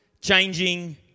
changing